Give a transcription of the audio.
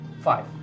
Five